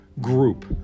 group